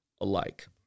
alike